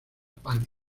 pálido